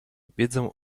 wiedzą